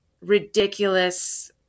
ridiculous